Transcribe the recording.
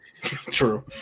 True